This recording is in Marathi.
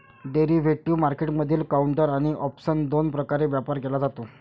डेरिव्हेटिव्ह मार्केटमधील काउंटर आणि ऑप्सन दोन प्रकारे व्यापार केला जातो